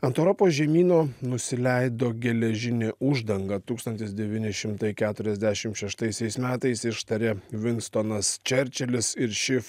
ant europos žemyno nusileido geležinė uždanga tūkstantis devyni šimtai keturiasdešimt šeštaisiais metais ištarė vinstonas čerčilis ir ši